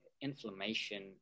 inflammation